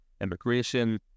immigration